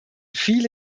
viele